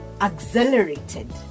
accelerated